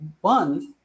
one